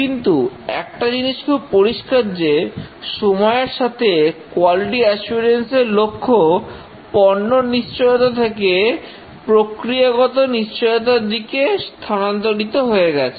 কিন্তু একটা জিনিস খুব পরিষ্কার যে সময়ের সাথে কোয়ালিটি অ্যাসুরেন্স এর লক্ষ্য পণ্য নিশ্চয়তা থেকে প্রক্রিয়াগত নিশ্চয়তা দিকে স্থানান্তরিত হয়ে গেছে